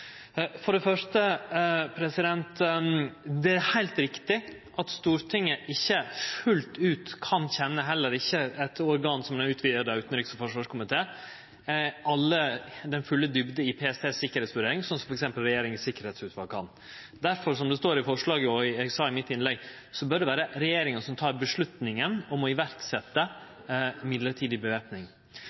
Før det første: Det er heilt riktig at Stortinget ikkje fullt ut kan kjenne – heller ikkje eit organ som den utvida utanriks- og forsvarskomiteen – djupna i PSTs sikkerheitsvurdering, sånn som f.eks. Regjeringens Sikkerhetsutvalg kan. Difor – som det står i forslaget, og som eg sa i innlegget mitt – bør det vere regjeringa som tek avgjerda om å